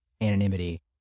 anonymity